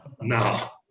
No